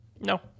No